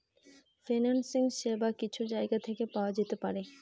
financing সেবা কিছু জায়গা থেকে পাওয়া যেতে পারে